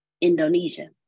Indonesia